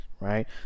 right